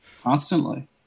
constantly